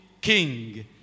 king